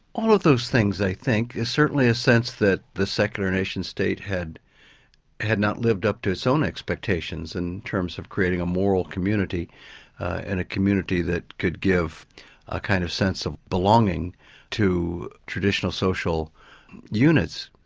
all of those things i think there's certainly a sense that the secular nation state had had not lived up to its own expectations in terms of creating a moral community and a community that could give a kind of sense of belonging to traditional social units.